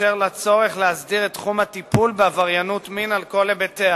לצורך להסדיר את תחום הטיפול בעבריינות מין על כל היבטיו: